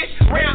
round